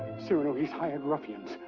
cyrano, he's hired ruffians,